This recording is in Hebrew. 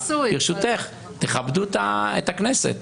ברשותך, תכבדו את הכנסת.